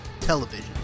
television